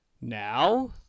Now